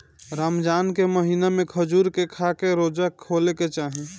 रमजान के महिना में खजूर के खाके रोज़ा खोले के चाही